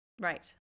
right